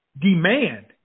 demand